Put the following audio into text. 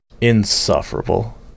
insufferable